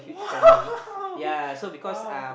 !wow! !wow!